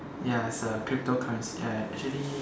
ya is a cryptocurrency ya ya actually